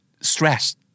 stress